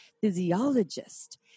physiologist